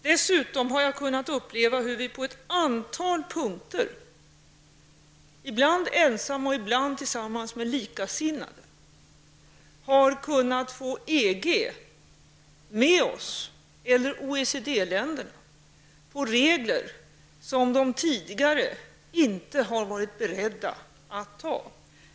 Dessutom har jag kunnat uppleva hur vi på ett antal punkter, ibland ensamma och ibland tillsammans med likasinnade, har kunnat få EG eller OECD-länderna med oss på regler som de tidigare inte har varit beredda att anta.